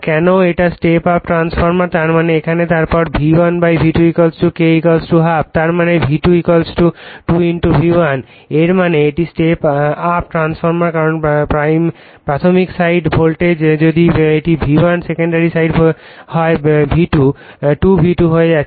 কেন এটা step up transformer তার মানে এখানে তারপর V1 V2 K half তার মানে V2 2 V1 এর মানে এটি স্টেপ আপ ট্রান্সফরমার কারণ প্রাথমিক সাইড ভোল্টেজ যদি এটি V1 সেকেন্ডারি সাইড হয় তবে এটি 2 V1 হয়ে যাচ্ছে